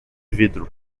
vidro